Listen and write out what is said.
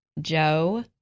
Joe